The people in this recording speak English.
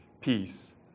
peace